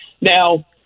Now